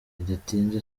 bidatinze